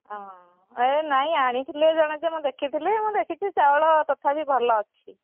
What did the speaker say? ଏ ନାଇଁ ଆଣିଥିଲେ ଜଣେ ଯେ ମୁଁ ଦେଖୁଥିଲି ମୁଁ ଦେଖିଛି ଚାଉଳ ତଥାବି ଭଲ ଅଛି